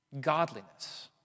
godliness